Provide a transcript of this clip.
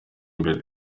mbere